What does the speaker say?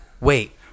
Wait